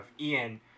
Ian